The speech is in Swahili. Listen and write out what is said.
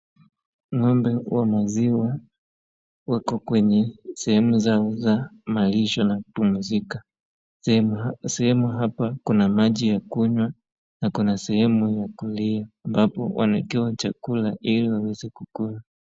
Ng'ombe wa maziwa wako kwenye sehemu za malisho na kupumzika. Sehemu hapa kuna maji ya kunywa na kuna sehemu ambapo wanaekewa chakula ili waweze kukula.